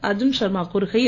அர்ஜுன் சர்மா கூறுகையில்